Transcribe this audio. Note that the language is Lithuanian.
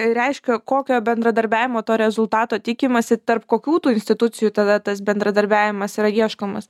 reiškia kokio bendradarbiavimo to rezultato tikimasi tarp kokių tų institucijų tada tas bendradarbiavimas yra ieškomas